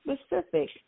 specific